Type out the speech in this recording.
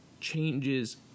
Changes